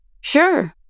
Sure